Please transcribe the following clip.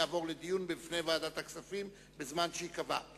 יעבור לדיון בוועדת הכספים בזמן שייקבע.